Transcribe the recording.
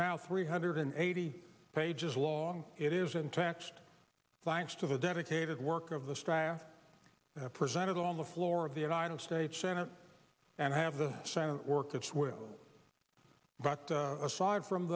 now three hundred eighty pages long it is intact thanks to the dedicated work of the strath presented on the floor of the united states senate and have the senate work its will but aside from